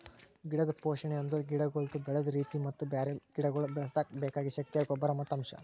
ಗಿಡದ್ ಪೋಷಣೆ ಅಂದುರ್ ಗಿಡಗೊಳ್ದು ಬೆಳದ್ ರೀತಿ ಮತ್ತ ಬ್ಯಾರೆ ಗಿಡಗೊಳ್ ಬೆಳುಸುಕ್ ಬೆಕಾಗಿದ್ ಶಕ್ತಿಯ ಗೊಬ್ಬರ್ ಮತ್ತ್ ಅಂಶ್